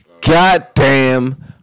goddamn